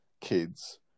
kids